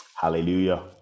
Hallelujah